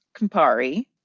Campari